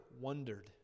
wondered